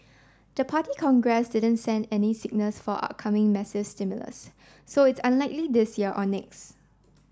the Party Congress didn't send any signals for upcoming massive stimulus so it's unlikely this year or next